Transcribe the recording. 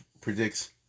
predicts